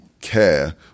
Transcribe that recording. care